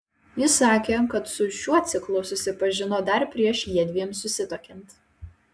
jis sakė kad su šiuo ciklu susipažino dar prieš jiedviem susituokiant